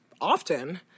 often